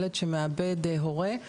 ילד שמאבד הורה,